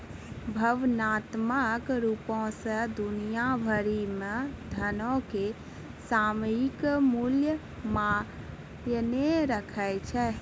भावनात्मक रुपो से दुनिया भरि मे धनो के सामयिक मूल्य मायने राखै छै